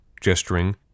gesturing